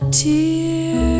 tear